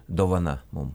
dovana mum